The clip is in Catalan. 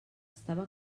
estava